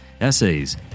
essays